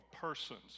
persons